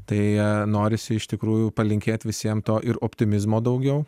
tai norisi iš tikrųjų palinkėti visiems to ir optimizmo daugiau